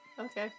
Okay